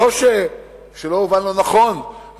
ושלא יובן לא נכון,